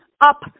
up